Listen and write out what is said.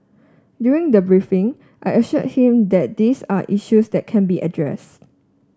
during the briefing I assured him that these are issues that can be addressed